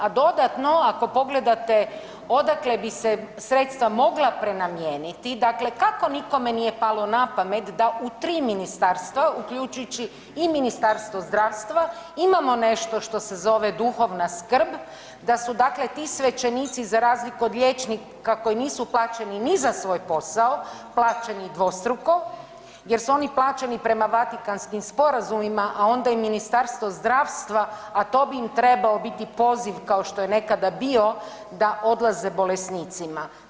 A dodatno ako pogledate odakle bi se sredstva mogla prenamijeniti, dakle kako nikome nije palo na pamet da u tri ministarstva uključujući i Ministarstvo zdravstva imamo nešto što se zove duhovna skrb, da su ti svećenici za razliku od liječnika koji nisu plaćeni ni za svoj posao, plaćeni dvostruko jer su oni plaćeni prema Vatikanskim sporazumima, a onda i Ministarstvo zdravstva, a to bi im trebao biti poziv kao što je nekada bio da odlaze bolesnicima.